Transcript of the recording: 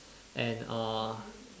and uh